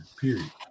Period